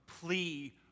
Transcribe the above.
plea